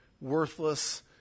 worthless